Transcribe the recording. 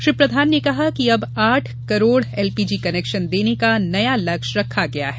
श्री प्रधान ने कहा कि अब आठ करोड़ एलपीजी कनेक्शन देने का नया लक्ष्य रखा गया है